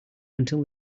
until